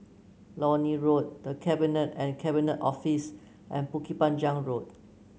Lornie Road The Cabinet and Cabinet Office and Bukit Panjang Road